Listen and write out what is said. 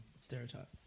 stereotype